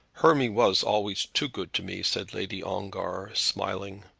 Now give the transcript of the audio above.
hermy was always too good to me, said lady ongar, smiling.